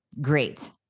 Great